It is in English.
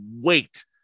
wait